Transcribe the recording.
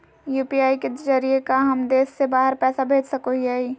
UPI के जरिए का हम देश से बाहर पैसा भेज सको हियय?